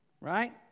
Right